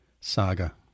saga